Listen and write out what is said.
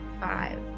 five